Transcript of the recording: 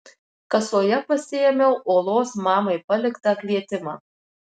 kasoje pasiėmiau olos mamai paliktą kvietimą